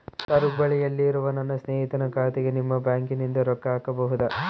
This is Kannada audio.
ಸರ್ ಹುಬ್ಬಳ್ಳಿಯಲ್ಲಿ ಇರುವ ನನ್ನ ಸ್ನೇಹಿತನ ಖಾತೆಗೆ ನಿಮ್ಮ ಬ್ಯಾಂಕಿನಿಂದ ರೊಕ್ಕ ಹಾಕಬಹುದಾ?